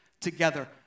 together